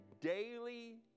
daily